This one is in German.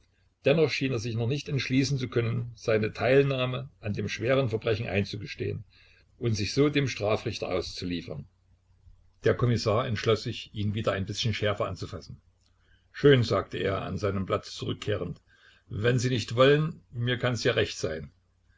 dennoch schien er sich noch nicht entschließen zu können seine teilnahme an dem schweren verbrechen einzugestehen und sich so dem strafrichter auszuliefern der kommissar entschloß sich ihn wieder ein bißchen schärfer anzufassen schön sagte er an seinen platz zurückkehrend wenn sie nicht wollen mir kann's ja recht sein